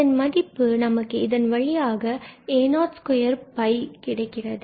இதன் மதிப்பு நமக்கு இதன் வழியாக a02 கிடைக்கிறது